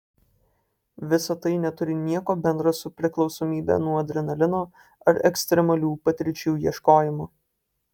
visa tai neturi nieko bendro su priklausomybe nuo adrenalino ar ekstremalių patirčių ieškojimu